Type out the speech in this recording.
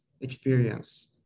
experience